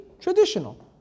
traditional